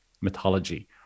mythology